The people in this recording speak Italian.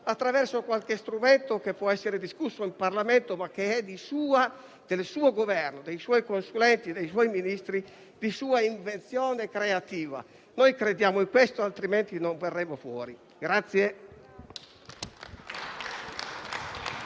attraverso qualche strumento che può essere discusso in Parlamento ma che è del suo Governo, dei suoi Ministri, dei suoi consulenti, di sua invenzione creativa. Noi crediamo in questo, altrimenti non ne verremo fuori.